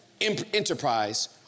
enterprise